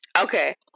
okay